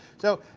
so,